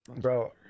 bro